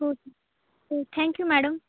हो हो thank you madam